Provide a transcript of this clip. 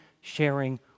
sharing